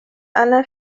أنا